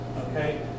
okay